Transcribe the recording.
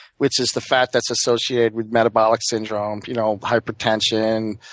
which is the fat that's associated with metabolic syndrome, you know, hypertension,